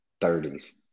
thirties